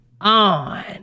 on